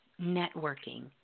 networking